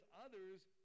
others